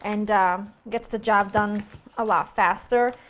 and gets the job done a lot faster,